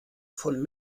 von